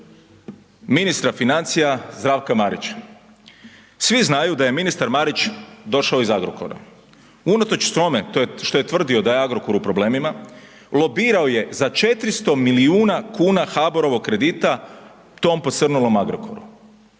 ministra financija Zdravka Marića, svi znaju da je ministar Marić došao iz Agrokora, unatoč tome što je tvrdio da je Agrokor u problemima lobirao je za 400 milijuna kuna HABOR-ovog kredita tom posrnulom Agrokoru.